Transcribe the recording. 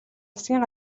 засгийн